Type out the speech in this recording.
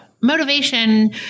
motivation